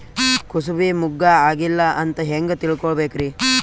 ಕೂಸಬಿ ಮುಗ್ಗ ಆಗಿಲ್ಲಾ ಅಂತ ಹೆಂಗ್ ತಿಳಕೋಬೇಕ್ರಿ?